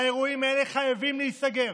האירועים האלה חייבים להיסגר.